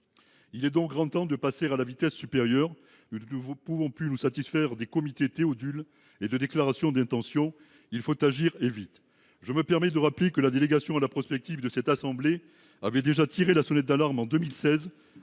Il est donc grand temps de passer à la vitesse supérieure. Nous ne pouvons plus nous satisfaire de comités Théodule et de déclarations d’intention : il faut agir, et vite ! La délégation à la prospective de notre assemblée a déjà tiré la sonnette d’alarme en 2016,